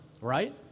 right